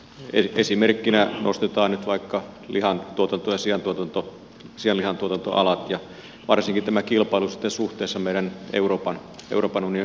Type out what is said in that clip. esimerkkinä nostetaan nyt vaikka lihantuotanto ja sianlihantuotantoalat ja varsinkin tämä kilpailu sitten suhteessa meidän euroopan unionin muihin maihin